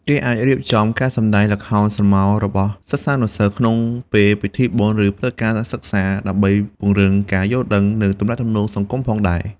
គេក៏អាចរៀបចំការសម្តែងល្ខោនស្រមោលរបស់សិស្សានុសិស្ស ក្នុងពេលពិធីបុណ្យ ឬព្រឹត្តិការណ៍សិក្សា ដើម្បីពង្រឹងការយល់ដឹង និងទំនាក់ទំនងសង្គមផងដែរ។